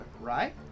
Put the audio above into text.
right